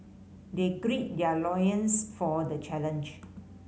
they gird their loins for the challenge